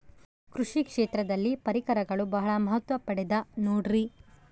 ಕೃಷಿ ಕ್ಷೇತ್ರದಲ್ಲಿ ಪರಿಕರಗಳು ಬಹಳ ಮಹತ್ವ ಪಡೆದ ನೋಡ್ರಿ?